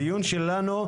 הדיון שלנו,